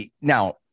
now